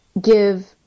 give